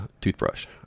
toothbrush